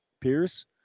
Pierce